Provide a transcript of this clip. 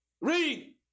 Read